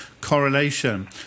correlation